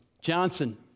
Johnson